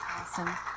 Awesome